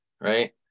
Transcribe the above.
Right